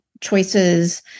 choices